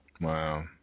Wow